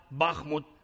Bakhmut